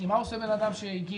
כי מה עושה בן-אדם שהגיש